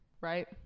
Right